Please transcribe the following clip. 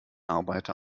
arbeiter